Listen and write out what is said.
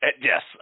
Yes